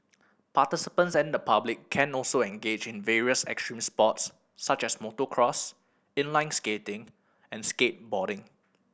participants and the public can also engage in various extreme sports such as motocross inline skating and skateboarding